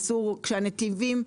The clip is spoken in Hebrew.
אסור כשהנתיבים.